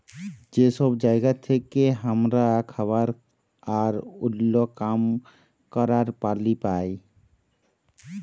যে সব জায়গা থেক্যে হামরা খাবার আর ওল্য কাম ক্যরের পালি পাই